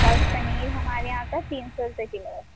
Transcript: اور پنیر ہمارے یہاں پ تین سو روپے کلو ہے